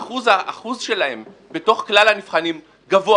האחוז שלהם בתוך כלל הנבחנים גבוה